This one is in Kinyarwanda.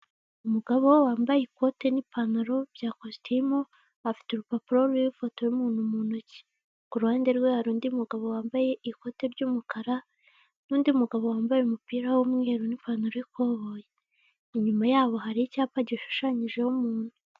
Umugabo wambaye ikote n'ipantaro bya kositimu, afite urupapuro ruriho ifoto y'umuntu mu ntoki, ku ruhande rwe hari undi mugabo wambaye ikote ry'umukara n'undi mugabo wambaye umupira w'umweru n'ipantaro y'ikoboyi, inyuma yabo hari icyapa gishushanyijeho umuntu.